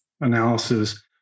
analysis